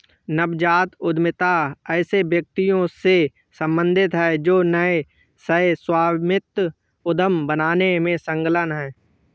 नवजात उद्यमिता ऐसे व्यक्तियों से सम्बंधित है जो नए सह स्वामित्व उद्यम बनाने में संलग्न हैं